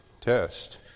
Test